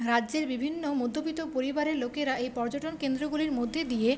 রাজ্যের বিভিন্ন মধ্যবিত্ত পরিবারের লোকেরা এই পর্যটন কেন্দ্রগুলির মধ্য দিয়ে